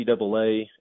NCAA